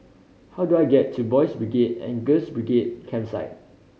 how do I get to Boys' Brigade and Girls' Brigade Campsite